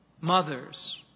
mothers